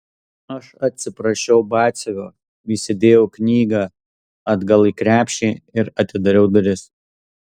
aš atsiprašiau batsiuvio įsidėjau knygą atgal į krepšį ir atidariau duris